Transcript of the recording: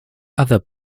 other